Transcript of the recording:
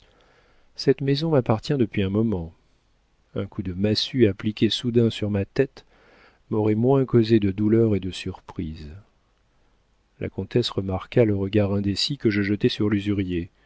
cette maison m'appartient depuis un moment un coup de massue appliqué soudain sur ma tête m'aurait moins causé de douleur et de surprise la comtesse remarqua le regard indécis que je jetai sur l'usurier